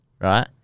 Right